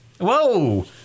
Whoa